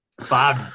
Five